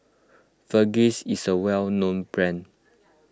Vagisil is a well known brand